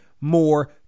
more